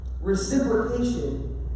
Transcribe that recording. reciprocation